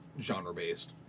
genre-based